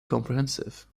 comprehensive